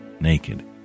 naked